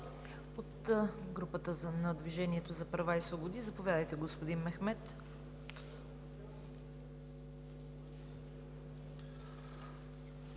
От групата на „Движението за права и свободи“ – заповядайте, господин Мехмед.